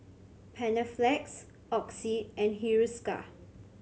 Panaflex Oxy and Hiruscar